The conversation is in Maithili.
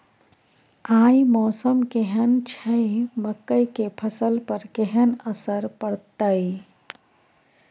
आय मौसम केहन छै मकई के फसल पर केहन असर परतै?